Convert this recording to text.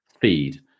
feed